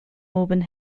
malvern